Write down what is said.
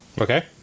Okay